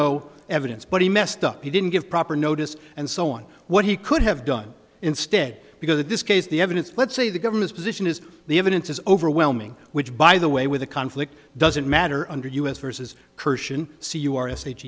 o evidence but he messed up he didn't give proper notice and so on what he could have done instead because in this case the evidence let's say the government's position is the evidence is overwhelming which by the way with a conflict doesn't matter under us versus corrosion c u r a s h